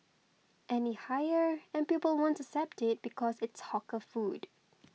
any higher and people won't accept it because it's hawker food